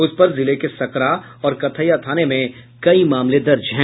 उस पर जिले के सकरा और कथैया थाने में कई मामले दर्ज हैं